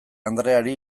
andreari